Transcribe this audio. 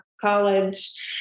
college